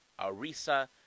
Arisa